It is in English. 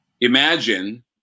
Imagine